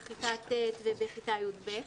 בכיתה ט' ובכיתה י"ב,